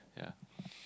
yeah